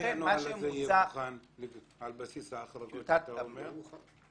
מתי הנוהל הזה יהיה מוכן על בסיס ההחרגות שאתה אומר?